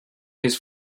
his